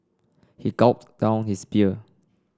he gulped down his beer